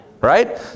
Right